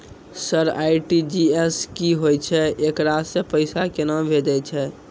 Sir RTGS की होय छै, एकरा से पैसा केना भेजै छै?